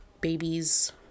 babies